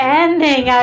ending